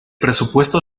presupuesto